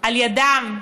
על ידם,